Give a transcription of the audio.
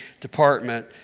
department